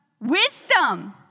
wisdom